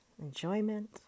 enjoyment